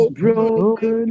broken